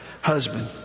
Husband